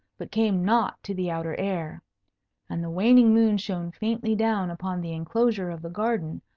but came not to the outer air and the waning moon shone faintly down upon the enclosure of the garden,